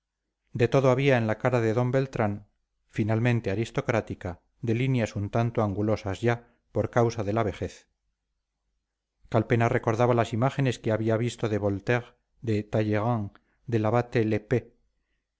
de todo había en la cara de d beltrán finamente aristocrática de líneas un tanto angulosas ya por causa de la vejez calpena recordaba las imágenes que había visto de voltaire de talleyrand del abate l